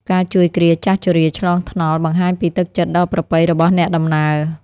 ការជួយគ្រាហ៍ចាស់ជរាឆ្លងថ្នល់បង្ហាញពីទឹកចិត្តដ៏ប្រពៃរបស់អ្នកដំណើរ។